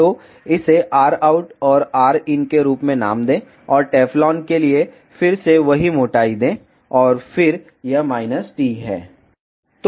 तो इसे r out और r in के रूप में नाम दें और टेफ्लॉन के लिए फिर से वही मोटाई दें और फिर यह माइनस t है